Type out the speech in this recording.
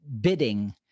bidding